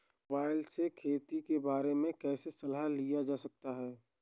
Mobile से खेती के बारे कैसे सलाह लिया जा सकता है?